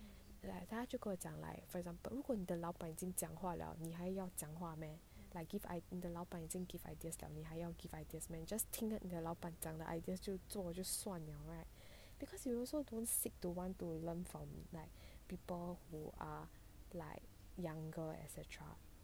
like 他就跟我讲 like for example 如果你的老板已经讲话了你还要讲话 meh like give 你的老板已经 give ideas 了你还要 give ideas meh just 听你的老板讲的 ideas 就做我就算了 right because you also don't seek to want to learn from like people who are like younger et cetera